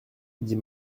dit